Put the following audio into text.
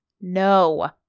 no